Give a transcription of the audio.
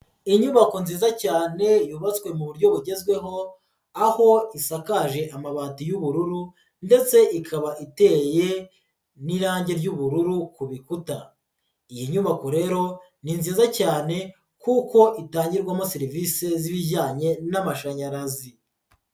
Inyubako nziza cyane yubatswe mu buryo bugezweho, aho isakaje amabati y'ubururu ndetse ikaba iteye n'irangi ry'ubururu ku bikuta, iyi nyubako rero ni nziza cyane kuko itangirwamo serivisi z'ibijyanye n'amashanyarazi.